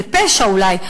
זה פשע אולי,